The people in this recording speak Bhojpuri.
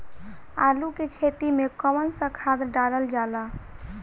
आलू के खेती में कवन सा खाद डालल जाला?